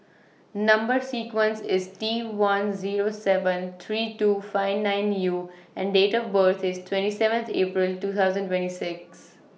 Number sequence IS T one Zero seven three two five nine U and Date of birth IS twenty seventh April two thousand twenty six